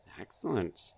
Excellent